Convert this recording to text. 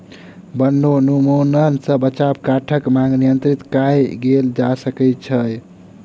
वनोन्मूलन सॅ बचाव काठक मांग नियंत्रित कय के कयल जा सकै छै